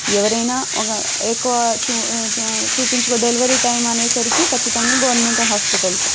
ఎవరైనా ఒక ఎక్కువా చూపించుకో డెలివరీ టైమ్ అనేసరికి కచ్చితంగా గవర్నమెంట్ హాస్పిటల్స్